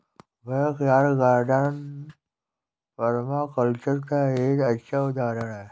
backyard garden permaculture का एक अच्छा उदाहरण हैं